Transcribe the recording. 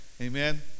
Amen